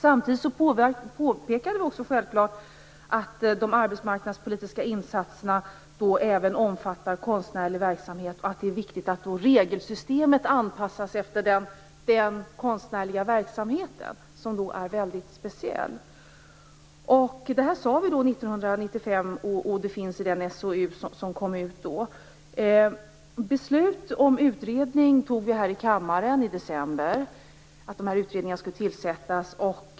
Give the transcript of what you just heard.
Samtidigt påpekade vi självfallet också att de arbetsmarknadspolitiska insatserna även omfattar konstnärlig verksamhet och att det är viktigt att regelsystemet anpassas efter den konstnärliga verksamheten, som är väldigt speciell. Detta sade vi år 1995 och det finns med i den SOU som då utkom. Vi beslutade här i kammaren i december att utredningar skulle tillsättas.